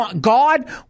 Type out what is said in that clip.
God